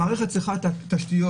המערכת צריכה לחזק את התשתיות.